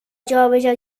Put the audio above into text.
جابجا